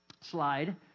slide